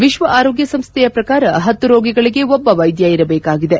ವಿಶ್ವ ಆರೋಗ್ಯ ಸಂಸ್ಥೆಯ ಪ್ರಕಾರ ಹತ್ತು ರೋಗಿಗಳಿಗೆ ಒಬ್ಬ ವೈದ್ಯ ಇರಬೇಕಾಗಿದೆ